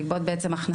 לגבות הכנסות.